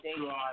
God